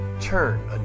Turn